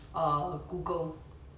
err google